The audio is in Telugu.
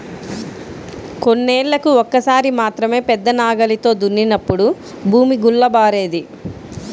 కొన్నేళ్ళకు ఒక్కసారి మాత్రమే పెద్ద నాగలితో దున్నినప్పుడు భూమి గుల్లబారేది